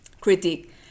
critique